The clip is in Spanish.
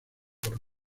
por